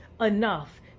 enough